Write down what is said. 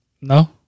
No